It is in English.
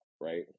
right